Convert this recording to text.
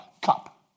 cup